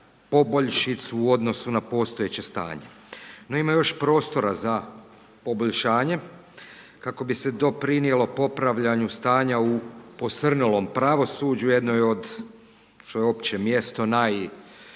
poboljšicu u odnosu na postojeće stanje. No ima još prostora za poboljšanje kako bi se doprinijelo popravljanju stanja u posrnulom pravosuđu, jednoj od, što je uopće mjesto …/Govornik